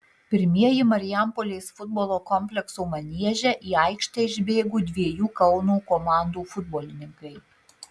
pirmieji marijampolės futbolo komplekso manieže į aikštę išbėgo dviejų kauno komandų futbolininkai